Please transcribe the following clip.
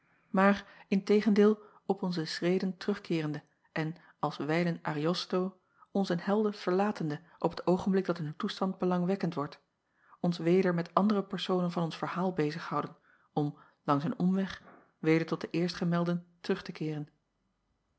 maar in tegendeel op onze schreden terugkeerende en als wijlen riosto onze helden verlatende op het oogenblik dat hun toestand belangwekkend wordt ons weder met andere personen van ons verhaal bezig houden om langs een omweg weder tot de eerstgemelden terug te keeren